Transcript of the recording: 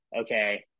okay